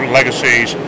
legacies